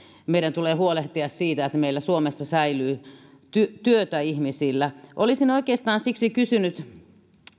meidän tulee huolehtia siitä että meillä suomessa säilyy työtä ihmisillä olisin oikeastaan siksi kysynyt